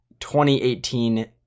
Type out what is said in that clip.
2018